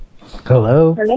Hello